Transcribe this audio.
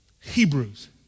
Hebrews